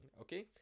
Okay